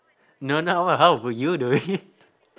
no no how how would you do it